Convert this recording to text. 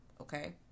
okay